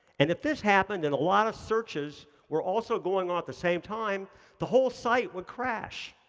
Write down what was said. and if this happened, and a lot of searches were also going on at the same time the whole site would crash.